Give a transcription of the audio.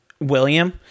William